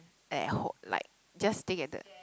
at hope like just stay at the